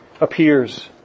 appears